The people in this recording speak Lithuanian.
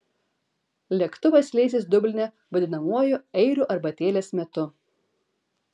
lėktuvas leisis dubline vadinamuoju airių arbatėlės metu